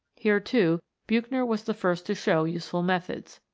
here, too, buchner was the first to show useful methods.